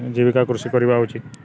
ଜୀବିକା କୃଷି କରିବା ଉଚିତ